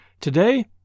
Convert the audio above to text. Today